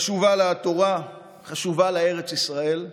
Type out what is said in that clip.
חשובה לה התורה, חשובה לה ארץ ישראל.